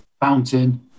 fountain